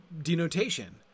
denotation